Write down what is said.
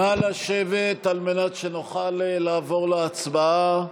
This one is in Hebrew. נא לשבת על מנת שנוכל לעבור להצבעה.